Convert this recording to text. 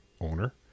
owner